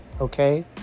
Okay